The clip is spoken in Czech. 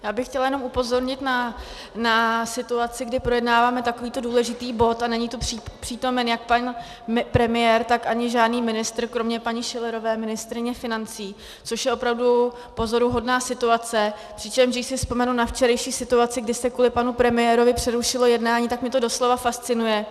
Já bych chtěla jenom upozornit na situaci, kdy projednáváme takovýto důležitý bod a není tu přítomen jak pan premiér, tak ani žádný ministr kromě paní Schillerové, ministryně financí, což je opravdu pozoruhodná situace, přičemž když si vzpomenu na včerejší situaci, kdy se kvůli panu premiérovi přerušilo jednání, tak mě to doslova fascinuje.